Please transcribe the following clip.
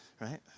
right